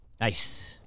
Nice